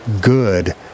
good